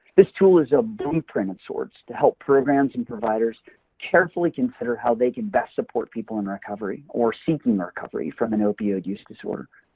this tool is a blueprint of and sorts to help programs and providers carefully consider how they can best support people in recovery or seeking recovery from an opioid use disorder.